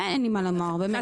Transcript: אין לי מה לומר, באמת.